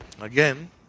Again